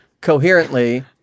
coherently